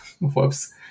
Whoops